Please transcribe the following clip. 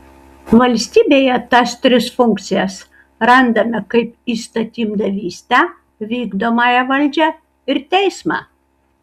valstybėje tas tris funkcijas randame kaip įstatymdavystę vykdomąją valdžią ir teismą